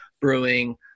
brewing